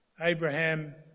Abraham